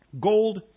Gold